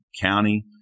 county